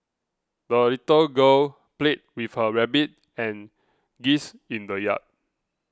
the little girl played with her rabbit and geese in the yard